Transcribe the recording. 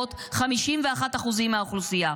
המהוות 51% מהאוכלוסייה,